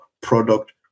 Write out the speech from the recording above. product